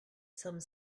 some